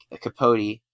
Capote